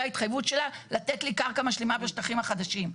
ההתחייבות שלה לתת לי קרקע משלימה בשטחים החדשים.